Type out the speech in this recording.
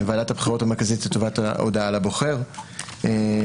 ועדת הבחירות המרכזית לטובת ההודעה לבוחר והאפוטרופוס